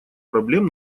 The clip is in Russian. проблем